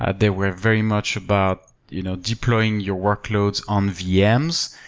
they were very much about you know deploying your workloads on vm's,